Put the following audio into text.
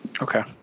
Okay